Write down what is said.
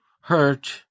hurt